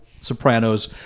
Sopranos